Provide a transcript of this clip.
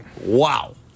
Wow